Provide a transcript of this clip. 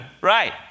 right